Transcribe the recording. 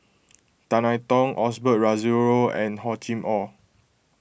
Tan I Tong Osbert Rozario and Hor Chim or